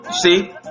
see